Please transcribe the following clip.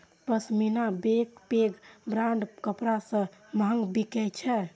पश्मीना पैघ पैघ ब्रांडक कपड़ा सं महग बिकै छै